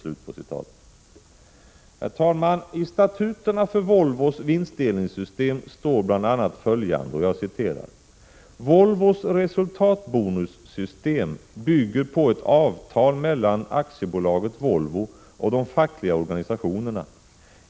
Herr talman! I statuterna för Volvos vinstdelningssystem står bl.a. följande: ”Volvos resultatbonussystem bygger på ett avtal mellan AB Volvo och de fackliga organisationerna.